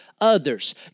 others